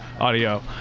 audio